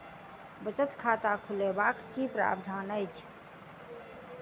बचत खाता खोलेबाक की प्रावधान अछि?